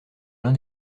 l’un